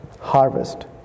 harvest